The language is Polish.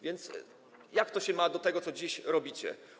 Więc jak to się ma do tego, co dziś robicie?